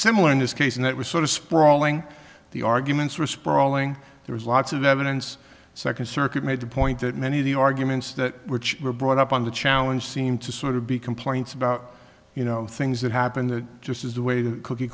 similar in this case and it was sort of sprawling the arguments were sprawling there was lots of evidence second circuit made the point that many of the arguments that which were brought up on the challenge seem to sort of be complaints about you know things that happen that just is the way the cookie